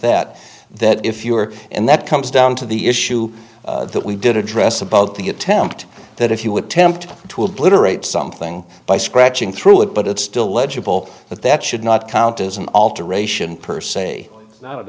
that that if you are and that comes down to the issue that we did address above the attempt that if you would tempt to obliterate something by scratching through it but it's still legible but that should not count as an alteration per se not